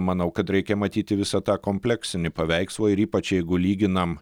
manau kad reikia matyti visą tą kompleksinį paveikslą ir ypač jeigu lyginam